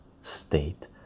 state